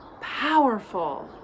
powerful